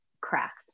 craft